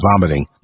vomiting